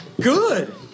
Good